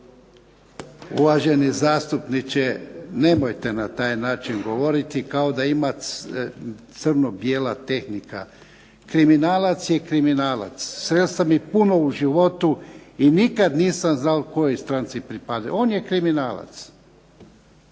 Uvaženi zastupniče, nemojte na taj način govoriti kao da ima crno-bijela tehnika. Kriminalac je kriminalac. Sreo sam ih puno u životu i nikad nisam znao kojoj stranci pripada. On je kriminalac.